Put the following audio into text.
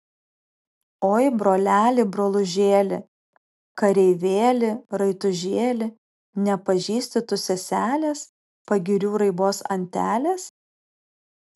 oi broleli brolužėli kareivėli raitužėli nepažįsti tu seselės pagirių raibos antelės